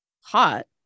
hot